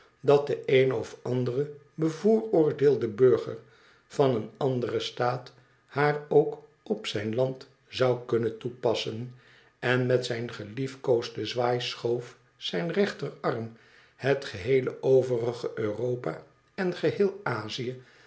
dat de eene of andere bevooroordeelde burger van een anderen staat haar ook op zijn land zou kunnen toepassen en met zijn geliefkoosden zwaai schoof zijn rechterarm het geheele overige europa en geheel azië